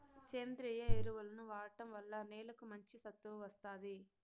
సేంద్రీయ ఎరువులను వాడటం వల్ల నేలకు మంచి సత్తువ వస్తాది